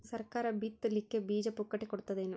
ಸರಕಾರ ಬಿತ್ ಲಿಕ್ಕೆ ಬೀಜ ಪುಕ್ಕಟೆ ಕೊಡತದೇನು?